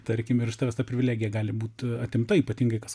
tarkim ir iš tavęs ta privilegija gali būt atimta ypatingai kas